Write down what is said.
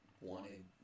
wanted